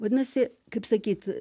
vadinasi kaip sakyt